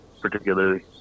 particularly